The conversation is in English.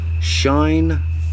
Shine